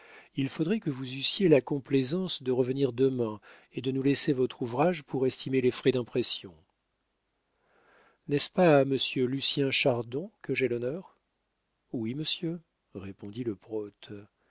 il faudrait que vous eussiez la complaisance de revenir demain et de nous laisser votre ouvrage pour estimer les frais d'impression n'est-ce pas à monsieur lucien chardon que j'ai l'honneur oui monsieur répondit le prote